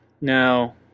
now